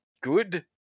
good